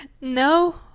No